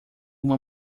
uma